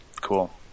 Cool